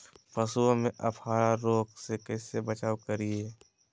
पशुओं में अफारा रोग से कैसे बचाव करिये?